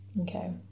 okay